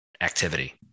activity